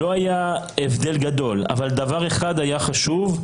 לא היה הבדל גדול, אבל דבר אחד היה חשוב,